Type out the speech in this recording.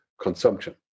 consumption